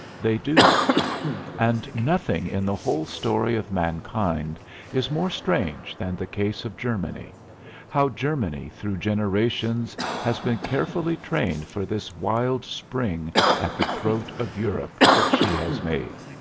they do and nothing in the whole story of mankind is more strange than the case of germany how germany through generations has been carefully trained for this wild spring at the throat of europe that she has made.